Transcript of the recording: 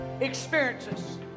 experiences